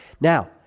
Now